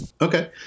Okay